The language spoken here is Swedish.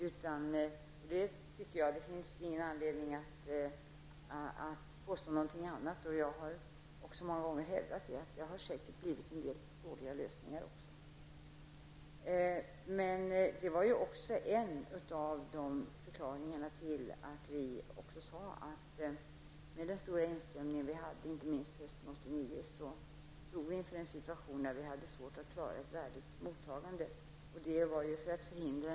Jag tycker inte att det finns någon anledning att påstå någonting annat. Många gånger har jag också hävdat att det säkert blivit en del dåliga lösningar. Det som jag nu sagt var ju också en av orsakerna till att vi, inte minst på grund av den stora tillströmningen hösten 1989, stod inför en situation då vi hade svårt att klara ett värdigt mottagande.